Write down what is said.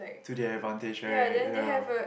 to their advantage right ya